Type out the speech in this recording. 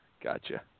Gotcha